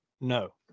No